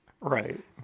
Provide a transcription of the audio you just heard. right